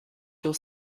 your